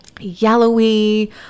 yellowy